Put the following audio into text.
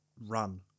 run